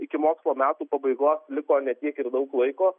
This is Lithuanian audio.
iki mokslo metų pabaigos liko ne tiek ir daug laiko